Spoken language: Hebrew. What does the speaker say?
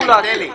דב, תן לי.